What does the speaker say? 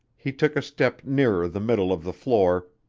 he took a step nearer the middle of the floor,